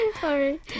Sorry